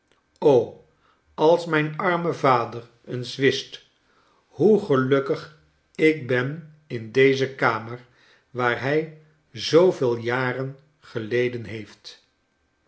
als mijn arme vader eens wist hoe gelukkig ik ben in deze kamer waar hij zooveel jaren geleden heeft